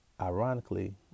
ironically